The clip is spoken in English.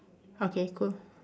okay cool